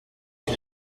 que